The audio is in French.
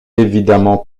évidemment